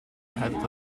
had